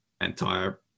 entire